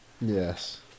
yes